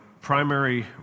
primary